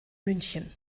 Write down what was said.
münchen